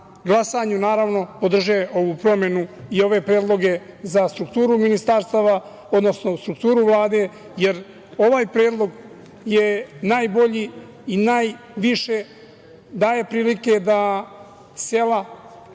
glasanju, naravno, podrže ovu promenu i ove predloge za strukturu ministarstava, odnosno strukturu Vlade, jer ovaj predlog je najbolji i najviše daje prilike da sela,